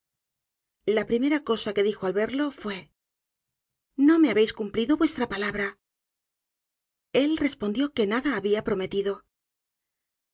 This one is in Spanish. la primera cosa que dijo al verlo fue no me habéis cumplido vuestra palabra el respondió que nada habia prometido